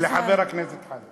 לחבר הכנסת חזן.